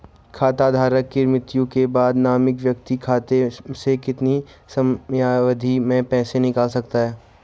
खाता धारक की मृत्यु के बाद नामित व्यक्ति खाते से कितने समयावधि में पैसे निकाल सकता है?